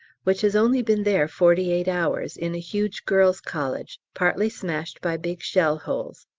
which has only been there forty eight hours, in a huge girls' college, partly smashed by big shell holes,